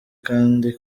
kandi